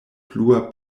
plua